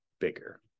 bigger